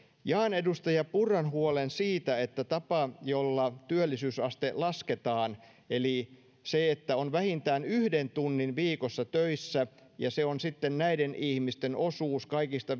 jaan edustaja purran huolen siitä että tapa jolla työllisyysaste lasketaan eli se että on vähintään yhden tunnin viikossa töissä ja se on sitten näiden ihmisten osuus kaikista